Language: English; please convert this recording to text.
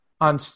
on